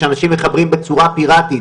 שאנשים מחברים בצורה פיראטית